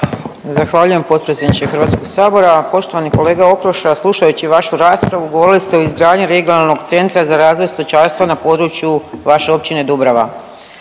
Zahvaljujem potpredsjedniče Hrvatskog sabora. Poštovani kolega Okroša slušajući vašu raspravu govorili ste o izgradnji regionalnog centra za razvoj stočarstva na području vaše općine Dubrava.